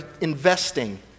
investing